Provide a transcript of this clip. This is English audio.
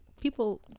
people